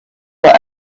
were